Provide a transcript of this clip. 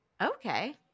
Okay